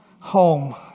home